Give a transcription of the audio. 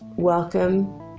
Welcome